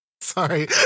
sorry